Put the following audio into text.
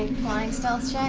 flying stealth